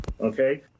okay